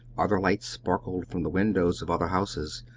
other lights sparkled from the windows of other houses.